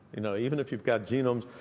you know even if you've got genomes,